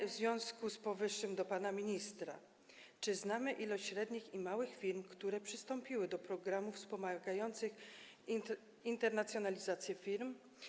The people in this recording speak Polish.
W związku z powyższym mam pytanie do pana ministra: Czy znamy ilość średnich i małych firm, które przystąpiły do programów wspomagających internacjonalizację firm?